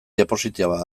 diapositiba